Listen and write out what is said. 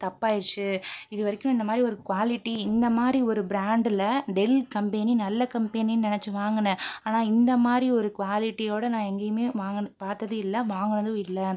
தப்பாயிருச்சி இது வரைக்கும் இந்தமாதிரி ஒரு குவாலிட்டி இந்தமாதிரி ஒரு பிராண்டில் டெல் கம்பெனி நல்ல கம்பெனின்னு நினச்சி வாங்கினேன் ஆனால் இந்தமாதிரி ஒரு குவாலிட்டியோடய நான் எங்கேயுமே வாங்குன பார்த்தது இல்லை வாங்கினதும் இல்லை